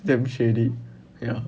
it's damn shady ya